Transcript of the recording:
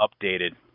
updated